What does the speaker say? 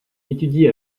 étudie